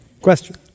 Question